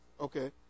Okay